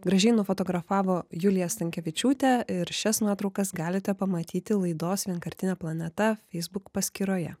gražiai nufotografavo julija stankevičiūtė ir šias nuotraukas galite pamatyti laidos vienkartinė planeta feisbuk paskyroje